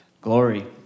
glory